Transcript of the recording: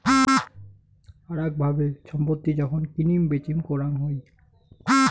আরাক ভাবে ছম্পত্তি যখন কিনিম বেচিম করাং হই